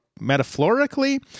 metaphorically